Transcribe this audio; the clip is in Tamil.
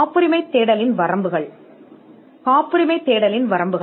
காப்புரிமை தேடலின் வரம்புகள்